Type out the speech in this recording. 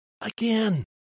again